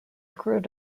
gros